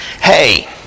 hey